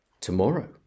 tomorrow